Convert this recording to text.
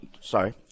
sorry